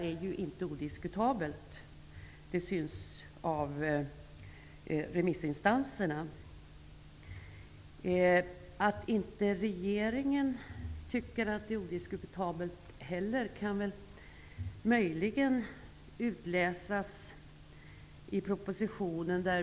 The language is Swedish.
Detta är inte odiskutabelt, vilket framgår av remissinstansernas uttalanden. Att regeringen inte heller tycker att det är odiskutabelt kan möjligen utläsas av propositionen.